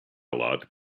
lot